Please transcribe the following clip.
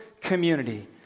community